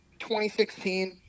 2016